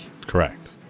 Correct